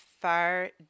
far